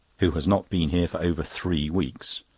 who has not been here for over three weeks.